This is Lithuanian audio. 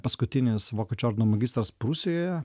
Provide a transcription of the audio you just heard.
paskutinis vokiečių ordino magistras prūsijoje